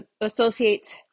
associates